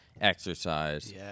exercise